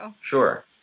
Sure